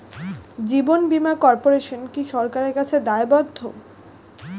জীবন বীমা কর্পোরেশন কি সরকারের কাছে দায়বদ্ধ?